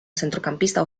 centrocampista